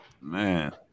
Man